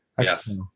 Yes